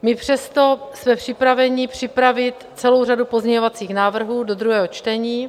My jsme přesto připraveni připravit celou řadu pozměňovacích návrhů do druhého čtení.